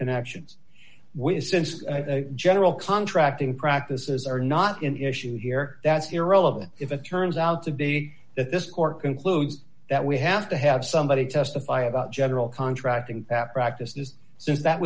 connections with since general contracting practices are not in issue here that's irrelevant if it turns out to be that this court concludes that we have to have somebody testify about general contracting that practices so that